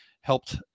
helped